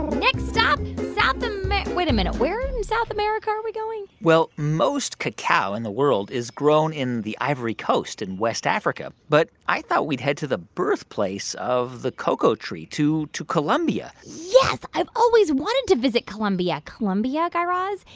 next stop south um wait a minute, where in south america are we going? well, most cacao in the world is grown in the ivory coast in west africa. but i thought we'd head to the birthplace of the cocoa tree, to to colombia yes, i've always wanted to visit colombia. colombia, guy raz,